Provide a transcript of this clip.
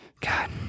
God